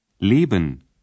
Leben